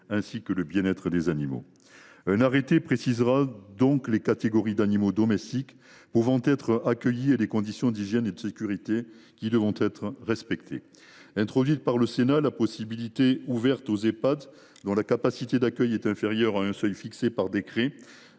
ainsi que le bien être des animaux. Un arrêté précisera donc les catégories d’animaux domestiques pouvant être accueillis et les conditions d’hygiène et de sécurité qui devront être respectées. Introduite par le Sénat, la possibilité ouverte aux Ehpad dont la capacité d’accueil est intérieure à un seuil fixé par décret